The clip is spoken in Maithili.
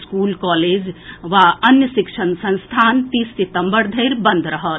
स्कूल कॉलेज आ अन्य शिक्षण संस्थान तीस सितम्बर धरि बंद रहत